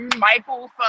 Michael